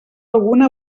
alguna